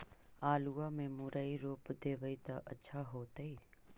आलुआ में मुरई रोप देबई त अच्छा होतई?